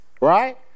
right